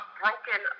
broken